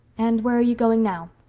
and where are you going now?